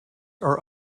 are